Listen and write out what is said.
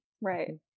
Right